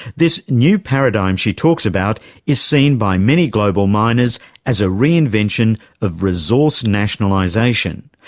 this new paradigm she talks about is seen by many global miners as a reinvention of resource nationalisation,